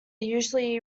usually